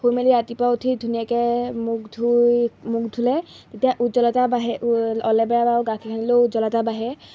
শুই মেলি ৰাতিপুৱা উঠি ধুনীয়াকৈ মুখ ধুই মুখ ধুলে তেতিয়া উজ্জ্বলতা বাঢ়ে অলেবেৰা বা গাখীৰ সানিলেও উজ্জ্বলতা বাঢ়ে